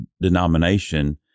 denomination